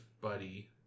buddy